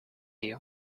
you